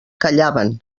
callaven